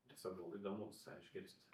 tiesiog labai įdomu visai išgirsti